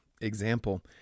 example